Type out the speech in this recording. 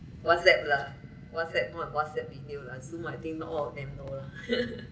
whatsapp lah whatsapp more on whatsapp video lah I see my think not all of them know lah